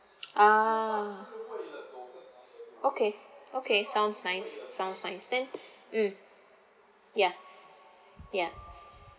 ah okay okay sounds nice sounds nice then mm ya ya